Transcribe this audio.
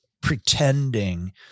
pretending